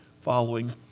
following